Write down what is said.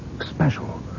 special